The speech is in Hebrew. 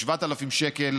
7,000 שקל,